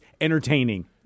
entertaining